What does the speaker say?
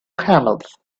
camels